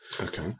Okay